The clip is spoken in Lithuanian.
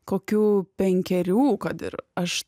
kokių penkerių kad ir aš